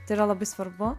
tai yra labai svarbu